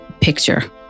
picture